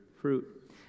fruit